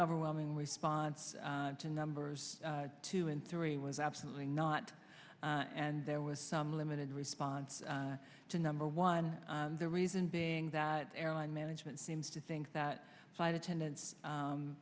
overwhelming response to numbers two and three was absolutely not and there was some limited response to number one the reason being that airline management seems to think that flight attendants